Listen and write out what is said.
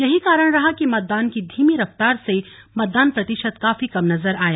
यही कारण रहा कि मतदान की धीमी रफ्तार से मतदान प्रतिशत काफी कम नजर आया